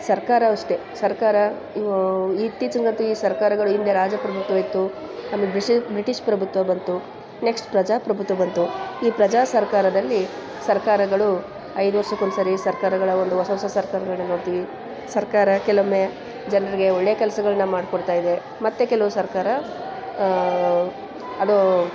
ಸರ್ಕಾರವು ಅಷ್ಟೇ ಸರ್ಕಾರ ಇವು ಇತ್ತೀಚಿಗಂತು ಈ ಸರ್ಕಾರಗಳು ಹಿಂದೆ ರಾಜಪ್ರಭುತ್ವ ಇತ್ತು ಆಮೇಲೆ ಬ್ರಿಟೀಷ್ ಪ್ರಭುತ್ವ ಬಂತು ನೆಕ್ಸ್ಟ್ ಪ್ರಜಾಪ್ರಭುತ್ವ ಬಂತು ಈ ಪ್ರಜಾ ಸರ್ಕಾರದಲ್ಲಿ ಸರ್ಕಾರಗಳು ಐದು ವರ್ಷಕೊಂದ್ಸರಿ ಸರ್ಕಾರಗಳ ಒಂದು ಹೊಸ ಹೊಸ ಸರ್ಕಾರಗಳನ್ನ ನೋಡ್ತೀವಿ ಸರ್ಕಾರ ಕೆಲವೊಮ್ಮೆ ಜನರಿಗೆ ಒಳ್ಳೆ ಕೆಲಸಗಳ್ನ ಮಾಡ್ಕೊಡ್ತಾ ಇದೆ ಮತ್ತು ಕೆಲವು ಸರ್ಕಾರ ಅದು